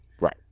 Right